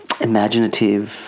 imaginative